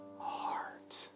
heart